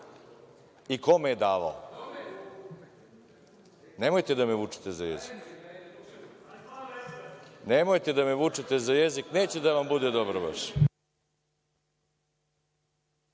i kome je davao. Nemojte da me vučete za jezik. Nemojte da me vučete za jezik, neće da vam bude dobro.